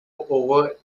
over